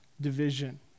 division